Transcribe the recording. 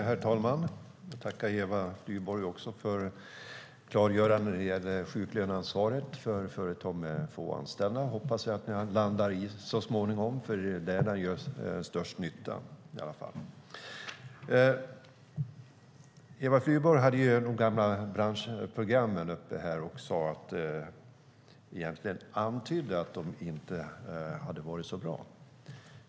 Herr talman! Jag tackar Eva Flyborg för klargörande när det gäller sjuklöneansvaret för företag med få anställda. Jag hoppas att ni landar i detta så småningom eftersom det är där som det gör störst nytta. Eva Flyborg tog upp de gamla branschprogrammen, och hon antydde att de inte hade varit så bra.